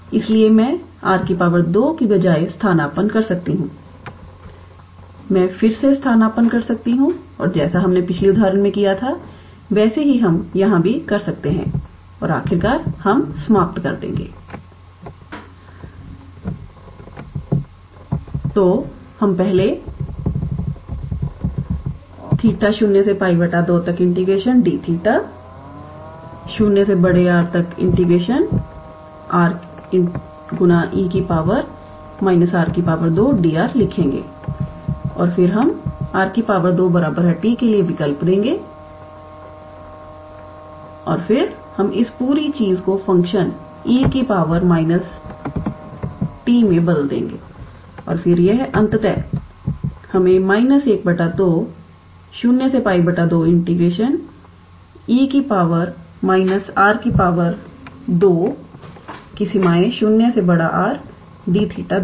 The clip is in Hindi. इसलिए अब मैं 𝑟 2 बजाय स्थानापन्न कर सकती हूं मैं फिर से स्थानापन्न कर सकती हूं और जैसा हमने पिछले उदाहरण में किया था वैसा ही हम यहां भी कर सकते हैं और आखिरकार हम समाप्त कर देंगे तो हम पहले𝜃0 𝜋 2 𝑑𝜃 0R 𝑟𝑒 −𝑟 2 𝑑𝑟 लिखेंगे और फिर हम 𝑟 2 𝑡 लिए विकल्प देंगे और फिर हम इस पूरी चीज़ को फंक्शन 𝑒 −𝑡 में बदल देंगे और फिर यह अंततः हमें − 12 0 𝜋 2 𝑒 −𝑟 2 0𝑅𝑑𝜃 देगा